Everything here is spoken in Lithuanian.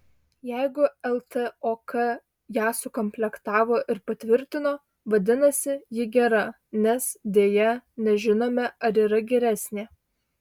jeigu ltok ją sukomplektavo ir patvirtino vadinasi ji gera nes deja nežinome ar yra geresnė